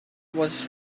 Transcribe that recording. was